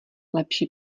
lepší